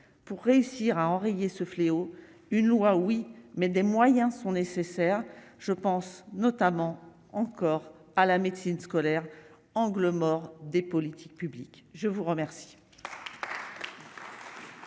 pour réussir à enrayer ce fléau, une loi oui mais des moyens sont nécessaires, je pense, notamment, encore à la médecine scolaire angle mort des politiques publiques, je vous remercie.